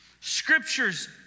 Scripture's